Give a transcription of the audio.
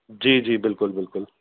जी जी बिल्कुलु बिल्कुलु